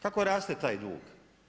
Kako raste taj dug?